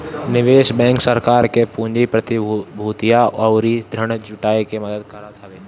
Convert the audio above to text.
निवेश बैंक सरकार के पूंजी, प्रतिभूतियां अउरी ऋण जुटाए में मदद करत हवे